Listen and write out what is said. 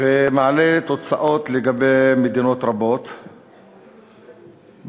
ומעלה תוצאות לגבי מדינות רבות בעולם.